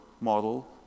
model